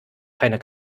keiner